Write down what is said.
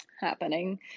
happening